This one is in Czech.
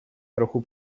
trochu